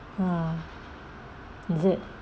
oh is it